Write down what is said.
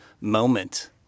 moment